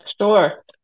Sure